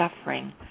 suffering